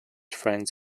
friends